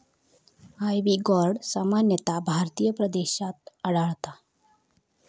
ivy gourd सामान्यतः भारतीय प्रदेशात आढळता